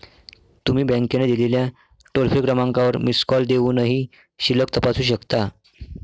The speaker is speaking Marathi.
तुम्ही बँकेने दिलेल्या टोल फ्री क्रमांकावर मिस कॉल देऊनही शिल्लक तपासू शकता